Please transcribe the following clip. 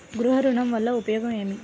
గృహ ఋణం వల్ల ఉపయోగం ఏమి?